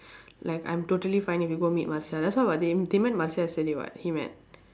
like I'm totally fine if you go meet marcia that's why [what] they im~ they met marcia yesterday what he met